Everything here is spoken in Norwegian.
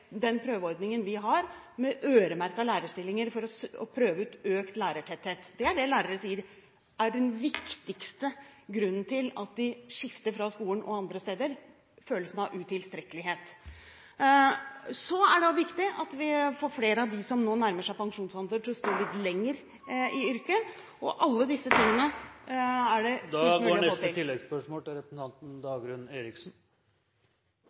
den prøveordningen vi har med øremerkede lærerstillinger for å prøve ut økt lærertetthet. Det er det lærere sier er den viktigste grunnen til at de skifter fra skolen til andre steder – følelsen av utilstrekkelighet. Så er det også viktig at vi får flere av dem som nå nærmer seg pensjonsalder, til å stå lenger i yrket. Alle disse tingene er det … Dagrun Eriksen – til